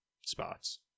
spots